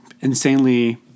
insanely